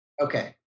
Okay